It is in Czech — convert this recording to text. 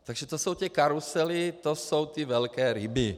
Takže to jsou ty karusely, to jsou ty velké ryby.